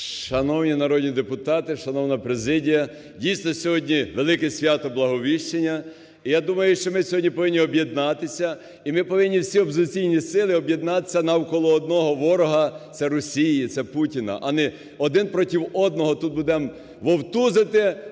Шановні народні депутати, шановна Президія, дійсно, сьогодні велике свято Благовіщення. І я думаю, що ми сьогодні повинні об'єднатися. І ми повинні, всі опозиційні сили, об'єднатися навколо одного ворога – це Росії, це Путіна, а не один проти одного тут будемо вовтузити,